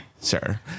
sir